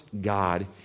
God